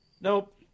Nope